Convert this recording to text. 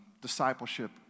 discipleship